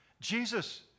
Jesus